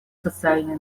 социальной